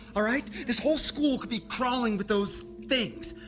alright? this whole school could be crawling with those things,